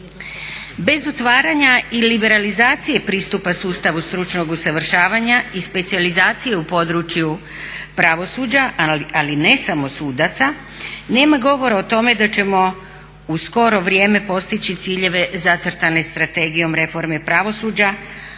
Bez otvaranja i liberalizacije pristupa sustavu stručnog usavršavanja i specijalizacije u području pravosuđa ali ne samo sudaca nema govora o tome da ćemo u skoro vrijeme postići ciljeve zacrtane Strategijom reforme pravosuđa